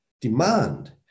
demand